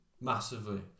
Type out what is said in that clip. massively